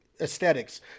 aesthetics